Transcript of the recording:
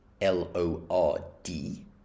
L-O-R-D